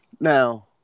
Now